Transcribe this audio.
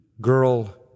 girl